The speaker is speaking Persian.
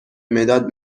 مداد